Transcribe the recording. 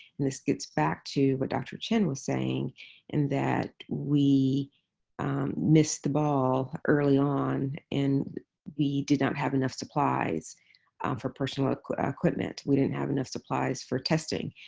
and this gets back to what dr. chin was saying in that we missed the ball early on, and we did not have enough supplies for personal ah equipment. we didn't have enough supplies for testing.